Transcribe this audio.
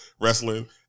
wrestling